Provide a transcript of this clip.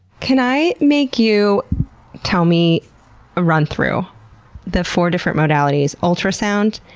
can i make you tell me a run through the four different modalities? ultrasound,